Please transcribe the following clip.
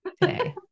today